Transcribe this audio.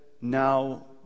now